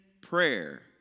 prayer